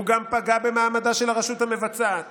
הוא גם פגע במעמדה של הרשות המבצעת